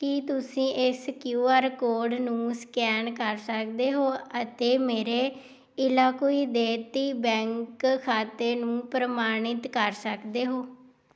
ਕੀ ਤੁਸੀਂਂ ਇਸ Q R code ਨੂੰ ਸਕੈਨ ਕਰ ਸਕਦੇ ਹੋ ਅਤੇ ਮੇਰੇ ਏਲਾਕੁਈ ਦੇਹਤੀ ਬੈਂਕ ਖਾਤੇ ਨੂੰ ਪ੍ਰਮਾਣਿਤ ਕਰ ਸਕਦੇ ਹੋ